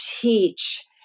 teach